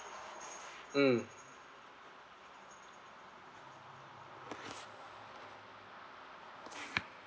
mm